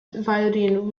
violin